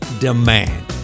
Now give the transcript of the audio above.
demand